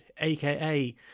aka